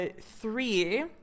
three